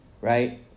right